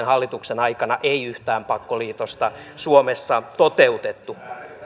hallituksen aikana ei yhtään pakkoliitosta suomessa toteutettu